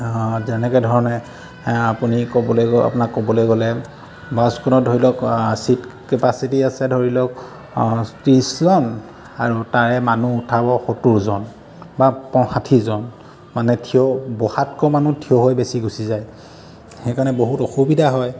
যেনেকৈ ধৰণে আপুনি ক'বলৈ আপোনাক ক'বলৈ গ'লে বাছখনত ধৰি লক ছীট কেপাচিটি আছে ধৰি লওক ত্ৰিছজন আৰু তাৰে মানুহ উঠাব সত্তৰজন বা ষাঠিজনমানে ঠিয় বহাতকৈ মানুহ ঠিয় হৈ বেছি গুচি যায় সেইকাৰণে বহুত অসুবিধা হয়